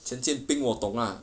陈建斌我懂 lah